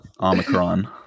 Omicron